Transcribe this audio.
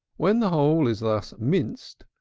when the whole is thus minced,